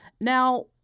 Now